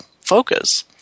focus